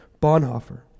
Bonhoeffer